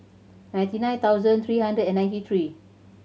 ninety nine thousand three hundred and ninety three